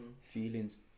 Feelings